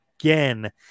again